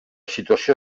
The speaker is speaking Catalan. situació